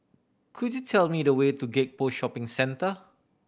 could you tell me the way to Gek Poh Shopping Centre